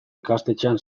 ikastetxean